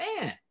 man